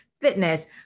fitness